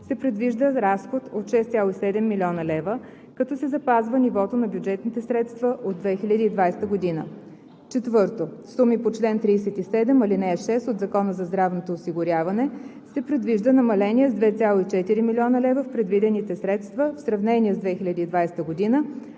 се предвижда разход от 6,7 млн. лв., като се запазва нивото на бюджетните средства от 2020 г. 4. суми по чл. 37, ал. 6 от Закона за здравното осигуряване се предвижда намаление с 2,4 млн. лв. в предвидените средства в сравнение с 2020 г.,